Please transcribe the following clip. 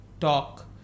talk